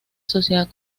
sociedad